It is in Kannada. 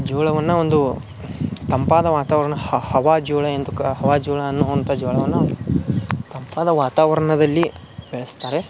ಜೋಳವನ್ನು ಒಂದು ತಂಪಾದ ವಾತಾವರಣ ಹವಾ ಜೋಳ ಎಂದು ಕ ಹವಾ ಜೋಳ ಅನ್ನುವಂಥ ಜೋಳವನ್ನು ತಂಪಾದ ವಾತಾವರಣದಲ್ಲಿ ಬೆಳೆಸ್ತಾರೆ